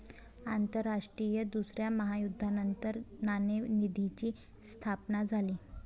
आंतरराष्ट्रीय दुसऱ्या महायुद्धानंतर नाणेनिधीची स्थापना झाली